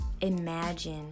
imagine